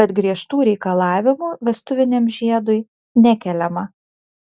kad griežtų reikalavimų vestuviniam žiedui nekeliama